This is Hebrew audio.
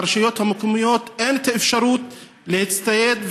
לרשויות המקומיות אין את האפשרות להצטייד,